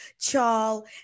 Charles